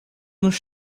nos